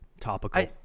Topical